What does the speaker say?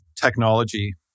technology